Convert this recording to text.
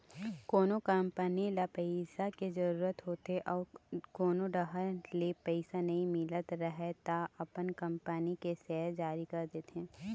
कोनो कंपनी ल पइसा के जरूरत होथे अउ कोनो डाहर ले पइसा नइ मिलत राहय त अपन कंपनी के सेयर जारी कर देथे